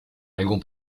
algún